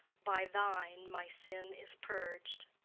by thine my sin is purg'd.